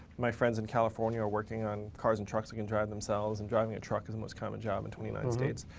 my friends in california are working on cars and trucks can drive themselves. and driving a truck is the most common job in twenty nine states.